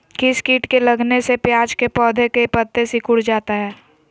किस किट के लगने से प्याज के पौधे के पत्ते सिकुड़ जाता है?